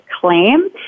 claim